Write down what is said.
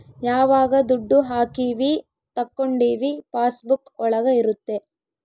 ಯಾವಾಗ ದುಡ್ಡು ಹಾಕೀವಿ ತಕ್ಕೊಂಡಿವಿ ಪಾಸ್ ಬುಕ್ ಒಳಗ ಇರುತ್ತೆ